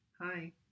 hi